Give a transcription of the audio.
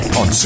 on